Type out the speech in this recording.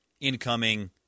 incoming